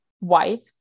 wife